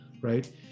right